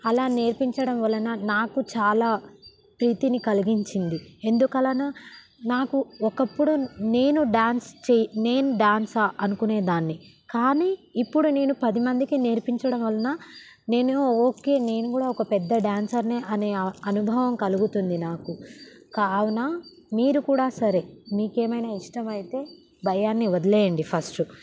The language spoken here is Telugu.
అలా నేర్పించడం వలన నాకు చాలా ప్రీతిని కలిగించింది ఎందుకలానా నాకు ఒకప్పుడు నేను డ్యాన్స్ చే నేను డాన్సా అనుకునేదాన్ని కానీ ఇప్పుడు నేను పదిమందికి నేర్పించడం వలన నేను ఓకే నేను కూడా ఒక పెద్ద డ్యాన్సర్నే అనే అనుభవం కలుగుతుంది నాకు కావున మీరు కూడా సరే మీకేమైనా ఇష్టమైతే భయాన్ని వదిలేయండి ఫస్ట్